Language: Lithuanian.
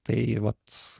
tai vat